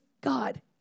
God